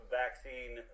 vaccine